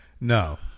No